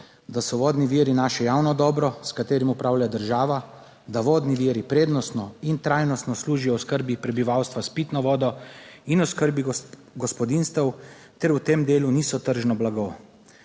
da so vodni viri naše javno dobro, s katerim upravlja država, da vodni viri prednostno in trajnostno služijo oskrbi prebivalstva s pitno vodo in oskrbi gospodinjstev ter v tem delu niso tržno blago,